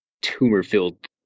tumor-filled